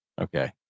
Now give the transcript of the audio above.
Okay